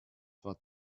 zwar